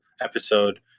episode